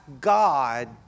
God